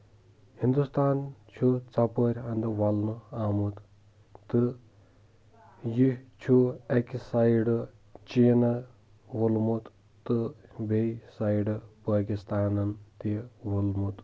ہُنٛدُستان چھُ ژۄپٲرۍ اَنٛدٕ ولنہٕ آمُت تہٕ یہِ چھُ اَکہِ سایڈٕ چیٖنن وولمُت تہٕ بیٚیہِ سایڈٕ پٲکِستانن تہِ ووٚلمُت